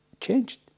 changed